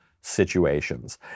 situations